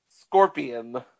Scorpion